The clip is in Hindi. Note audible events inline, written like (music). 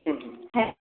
(unintelligible)